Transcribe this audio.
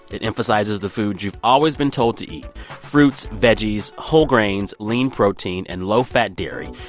it emphasizes the food you've always been told to eat fruits, veggies, whole grains, lean protein and low-fat dairy,